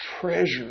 treasure